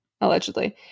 allegedly